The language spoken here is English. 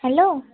hello